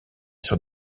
sur